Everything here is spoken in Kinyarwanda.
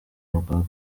bwa